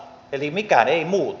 eli mikään ei muutu